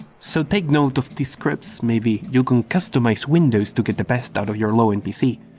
so take note of these scripts, maybe you can customize windows to get the best out of your low-end pc,